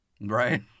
Right